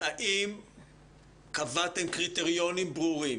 האם קבעתם קריטריונים ברורים